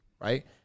Right